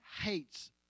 hates